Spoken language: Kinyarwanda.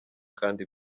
kandi